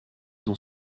dans